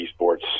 esports